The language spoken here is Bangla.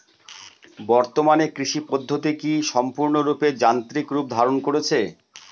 বর্তমানে কৃষি পদ্ধতি কি সম্পূর্ণরূপে যান্ত্রিক রূপ ধারণ করেছে?